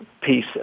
piece